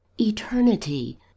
eternity